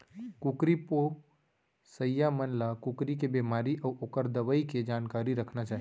कुकरी पोसइया मन ल कुकरी के बेमारी अउ ओकर दवई के जानकारी रखना चाही